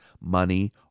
money